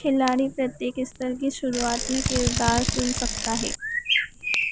खिलाड़ी प्रत्येक स्तर की शुरुआत में किरदार चुन सकता है